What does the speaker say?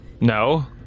No